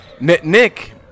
Nick